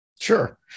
Sure